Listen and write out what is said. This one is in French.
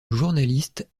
journaliste